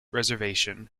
reservation